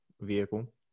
vehicle